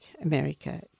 America